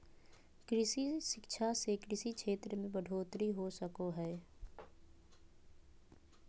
कृषि शिक्षा से कृषि क्षेत्र मे बढ़ोतरी हो सको हय